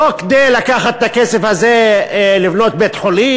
לא כדי לקחת את הכסף הזה לבנות בית-חולים